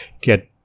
get